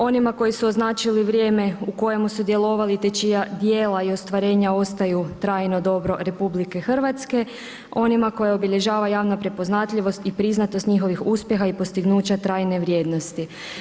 Onima koji su označili vrijeme u kojemu su djelovali, te čija djela i ostvarenja ostaju trajno dobro Republike Hrvatske, onima koje obilježava javna prepoznatljivost i priznatost njihovih uspjeha i postignuća trajne vrijednosti.